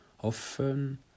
often